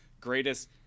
greatest